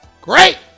great